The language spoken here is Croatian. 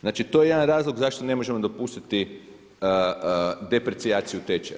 Znači, to je jedan razlog zašto ne možemo dopustiti deprecijaciju tečaja.